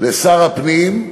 לשר הפנים,